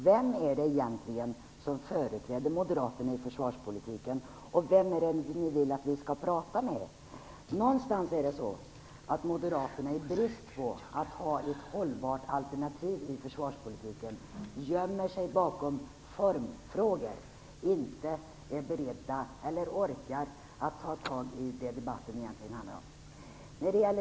Vem är det egentligen som företräder Moderaterna i försvarspolitiken? Vem är det ni vill att vi skall prata med? Moderaterna gömmer sig, i brist på hållbart alternativ i försvarspolitiken, bakom formfrågor. De är inte beredda eller orkar inte ta tag i det debatten egentligen handlar om.